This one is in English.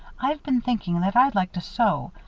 i've been thinking that i'd like to sew.